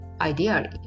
ideally